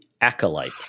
Acolyte